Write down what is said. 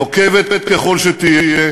נוקבת ככל שתהיה,